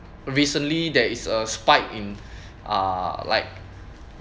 recently there is a spike in uh like